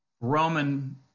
Roman